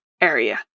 area